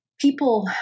people